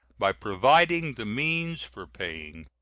by providing the means for paying.